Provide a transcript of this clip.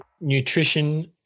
Nutrition